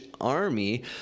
army